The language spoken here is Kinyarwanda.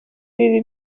ibibi